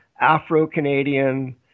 Afro-Canadian